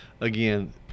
Again